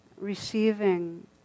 receiving